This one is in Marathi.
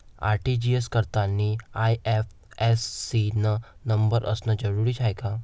आर.टी.जी.एस करतांनी आय.एफ.एस.सी न नंबर असनं जरुरीच हाय का?